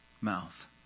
mouth